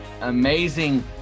amazing